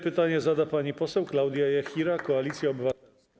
Pytanie zada pani poseł Klaudia Jachira, Koalicja Obywatelska.